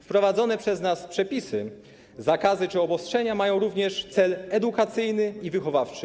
Wprowadzone przez nas przepisy, zakazy czy obostrzenia mają również cel edukacyjny i wychowawczy.